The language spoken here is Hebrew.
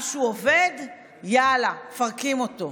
משהו שעובד, יאללה, מפרקים אותו.